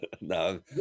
No